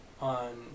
on